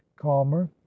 calmer